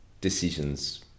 decisions